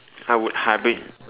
I would hybrid